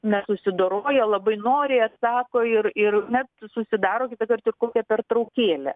nesusidoroja labai noriai atsako ir ir net susidaro kitąkart ir kokią pertraukėlę